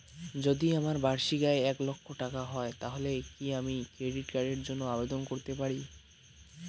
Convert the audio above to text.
যদি আমার বার্ষিক আয় এক লক্ষ টাকা হয় তাহলে কি আমি ক্রেডিট কার্ডের জন্য আবেদন করতে পারি?